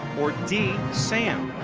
or d, sam.